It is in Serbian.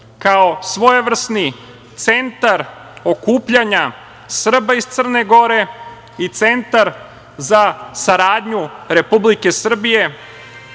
kao svojevrsni centar okupljanja Srba iz Crne Gore, i centar za saradnju Republike Srbije,